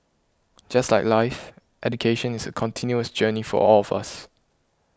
just like life education is a continuous journey for all of us